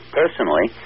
personally